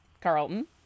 Carlton